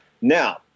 Now